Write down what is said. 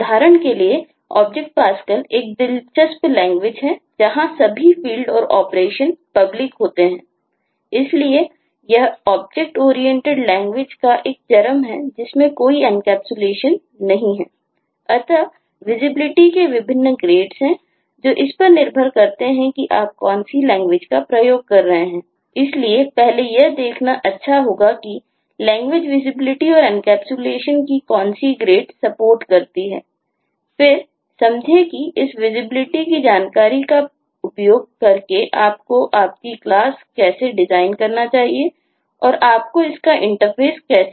उदाहरण के लिए Object Pascal एक दिलचस्प लैंग्वेज है जहाँ सभी फील्ड कैसे